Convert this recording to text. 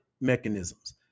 mechanisms